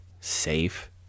safe